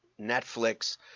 Netflix